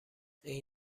این